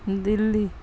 دلی